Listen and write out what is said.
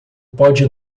pode